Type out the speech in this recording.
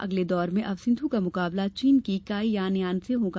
अगले दौर में अब सिंधु का मुकाबला चीन की काई यानयान से होगा